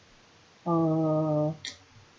uh